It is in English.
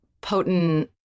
potent